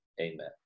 Amen